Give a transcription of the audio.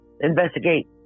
investigate